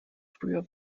früher